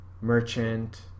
merchant